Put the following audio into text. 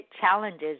challenges